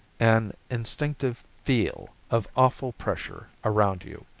an instinctive feel of awful pressure around you.